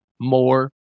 more